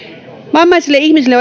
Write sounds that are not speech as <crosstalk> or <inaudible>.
vammaisille ihmisille <unintelligible>